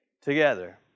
together